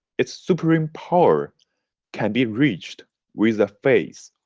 its supreme power can be reached with the faith.